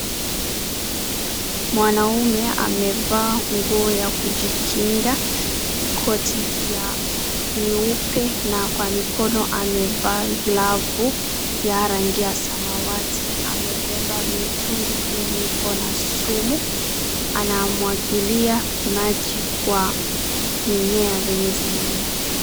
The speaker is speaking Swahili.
Mwanaume amevaa nguo ya kujikinga, koti ya nyeupe na kwa mikono amevaa glavu ya rangi ya samawati. Amebeba mitungi yenye iko na sumu. Anamwagilia maji kwa mimea zenye zinamea.